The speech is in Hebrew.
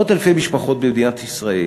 מאות-אלפי משפחות במדינת ישראל,